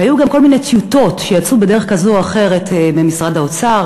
היו גם כל מיני טיוטות שיצאו בדרך כזאת או אחרת ממשרד האוצר,